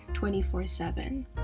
24-7